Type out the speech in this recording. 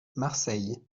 marseille